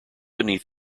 beneath